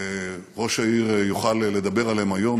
ראש העיר יוכל לדבר עליהם היום.